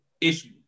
issue